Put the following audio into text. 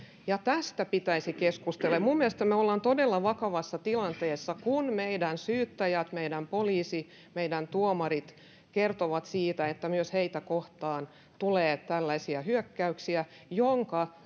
tästä pitäisi keskustella minun mielestäni me olemme todella vakavassa tilanteessa kun meidän syyttäjät meidän poliisit ja meidän tuomarit kertovat siitä että myös heitä kohtaan tulee tällaisia hyökkäyksiä joiden